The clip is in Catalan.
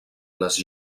les